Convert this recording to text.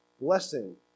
blessing